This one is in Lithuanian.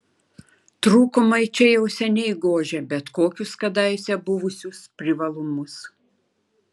trūkumai čia jau seniai gožia bet kokius kadaise buvusius privalumus